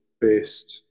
best